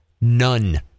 None